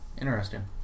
Interesting